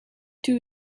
two